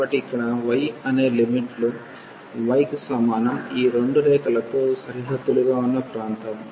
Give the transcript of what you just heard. కాబట్టి ఇక్కడ y అనే లిమిట్లు y కి సమానం ఈ రెండు రేఖలతో సరిహద్దులుగా ఉన్న ప్రాంతం